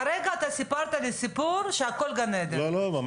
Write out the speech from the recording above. כרגע אתה סיפרת לי סיפור שהכול גן עדן.